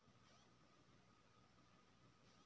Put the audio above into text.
कैसे लोन मिलते है सर?